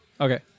Okay